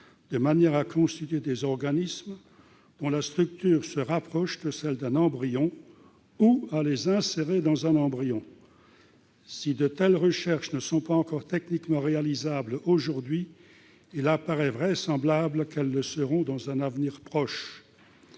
de manière à constituer des organismes dont la structure se rapproche de celle d'un embryon ou à les insérer dans un embryon. Si de telles recherches ne sont pas encore techniquement réalisables, elles le seront vraisemblablement dans un avenir proche.